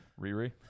Riri